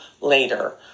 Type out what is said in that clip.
later